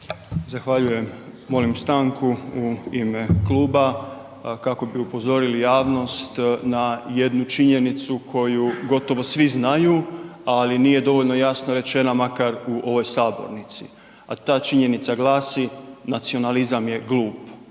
Zahvaljujem. Molim stanku u ime kluba kako bi upozorili javnost na jednu činjenicu koju gotovo svi znaju, ali nije dovoljno jasno rečena, makar u ovoj sabornici. A ta činjenica glasi, nacionalizam je glup.